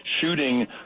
shooting